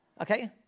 Okay